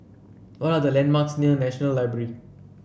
what are the landmarks near National Library